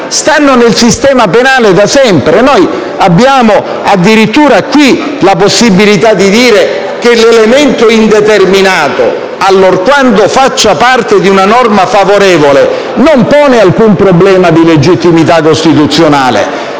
stanno nel sistema penale da sempre. Noi abbiamo addirittura la possibilità di dire che l'elemento indeterminato, allorquando faccia parte di una norma favorevole, non pone alcun problema di legittimità costituzionale,